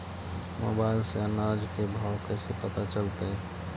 Mobile से अनाज के भाव कैसे पता चलतै?